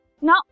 Now